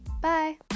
Bye